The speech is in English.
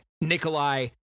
Nikolai